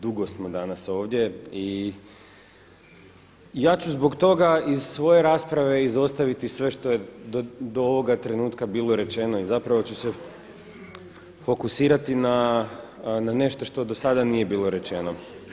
Dugo smo danas ovdje i ja ću zbog toga iz svoje rasprave izostaviti sve što je do ovoga trenutka bilo rečeno i zapravo ću se fokusirati na nešto što do sada nije bilo rečeno.